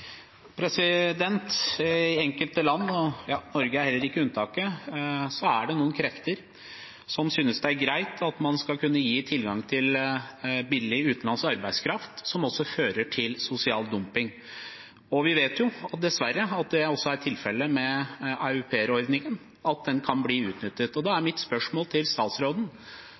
heller ikke et unntak – er det noen krefter som synes det er greit at man skal kunne gi tilgang til billig utenlandsk arbeidskraft, noe som også fører til sosial dumping. Vi vet jo dessverre at det også er tilfellet med aupairordningen – at den kan bli utnyttet. Da er mitt spørsmål til statsråden: